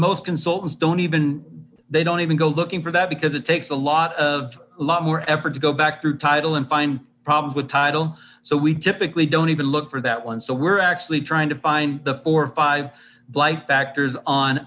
most consultants don't even they don't even go looking for that because it takes a lot of lot more effort to go back through title and find problems with title so we typically don't even look for that one so we're actually trying to find the four five blight factors on